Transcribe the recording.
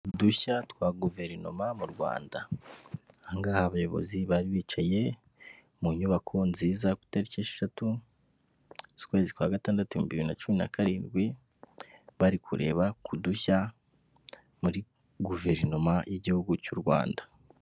Udushya twa guverinoma mu Rwanda aha ngaha abayobozi bari bicaye mu nyubako nziza ku itariki esheshatu z'ukwezi kwa gatandatu ibhumbi bibiri na cumi na karindwi, bari kureba udushya muri guverinoma y'igihugu cy'u Rwanda.